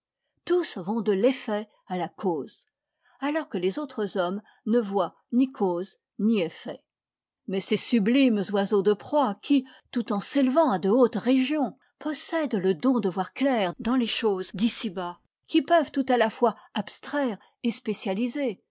tous vont de l'effet à la cause alors que les autres hommes ne voient ni cause ni effet mais ces sublimes oiseaux de proie qui tout en s'élevant à de hautes régions possèdent le don de voir clair dans les choses d'ici-bas qui peuvent tout à la fois abstraire et spécialiser